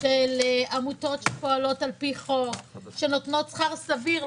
של עמותות שפועלות לפי חוק, שנותנות שכר סביר.